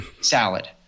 salad